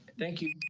thank you.